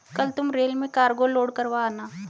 कल तुम रेल में कार्गो लोड करवा आना